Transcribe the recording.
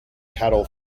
cattle